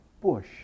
Bush